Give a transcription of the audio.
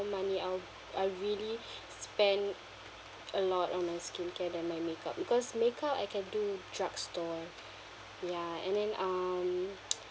money I'll I really spend a lot on my skincare than my make-up because make-up I can do drug store ya and then um